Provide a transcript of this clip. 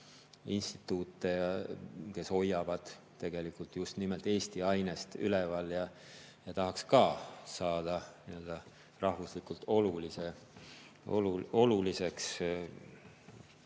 instituute, kes hoiavad tegelikult just nimelt Eesti ainest üleval ja tahaks ka saada rahvuslikult oluliseks